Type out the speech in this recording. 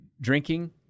drinking